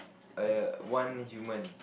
a one human